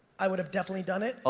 i would have definitely done it. ah